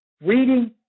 Reading